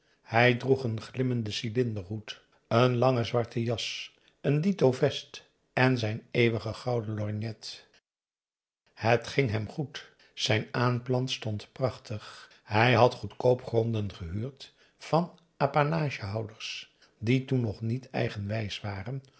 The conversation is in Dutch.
hij droeg een glimmenden cylinderhoed een lange zwarte jas een dito vest en zijn eeuwige gouden lorgnet het ging hem goed zijn aanplant stond prachtig hij had goedkoop gronden gehuurd van apanagehouders die toen nog niet eigenwijs waren